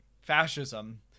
fascism